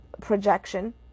projection